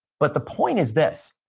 but the point is this,